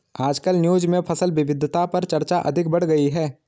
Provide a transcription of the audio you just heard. आजकल न्यूज़ में फसल विविधता पर चर्चा अधिक बढ़ गयी है